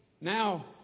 Now